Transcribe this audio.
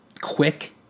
quick